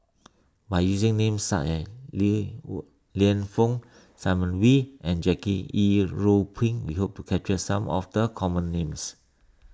by using names as Li Lienfung Simon Wee and Jackie Yi Ru Pin we hope to capture some of the common names